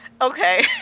Okay